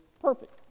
perfect